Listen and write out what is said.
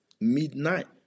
midnight